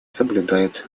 соблюдают